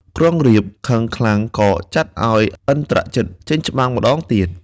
ក្រុងរាពណ៍ខឹងខ្លាំងក៏ចាត់ឱ្យឥន្ទ្រជិត ចេញច្បាំងម្តងទៀត។